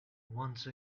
once